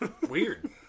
Weird